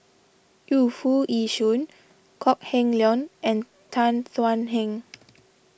Yu Foo Yee Shoon Kok Heng Leun and Tan Thuan Heng